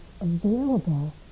available